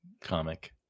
comic